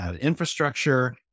infrastructure